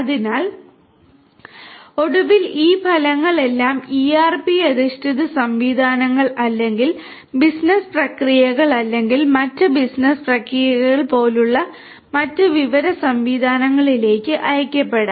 അതിനാൽ ഒടുവിൽ ഈ ഫലങ്ങൾ എല്ലാം ERP അധിഷ്ഠിത സംവിധാനങ്ങൾ അല്ലെങ്കിൽ ബിസിനസ്സ് പ്രക്രിയകൾ അല്ലെങ്കിൽ മറ്റ് ബിസിനസ്സ് പ്രക്രിയകൾ പോലെയുള്ള മറ്റ് വിവര സംവിധാനങ്ങളിലേക്ക് അയയ്ക്കപ്പെടാം